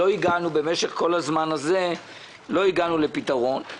במשך כל הזמן הזה לא הגענו לפתרון,